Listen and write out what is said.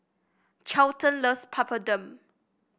Charlton loves Papadum